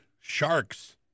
sharks